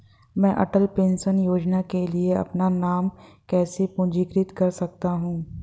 मैं अटल पेंशन योजना के लिए अपना नाम कैसे पंजीकृत कर सकता हूं?